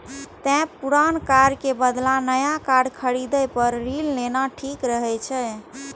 तें पुरान कार के बदला नया कार खरीदै पर ऋण लेना ठीक रहै छै